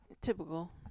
typical